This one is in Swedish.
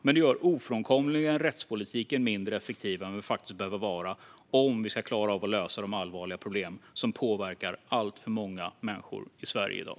Men det gör ofrånkomligen rättspolitiken mindre effektiv än vad den behöver vara om vi ska klara av att lösa de allvarliga problem som påverkar alltför många människor i Sverige i dag.